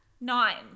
Nine